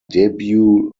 debut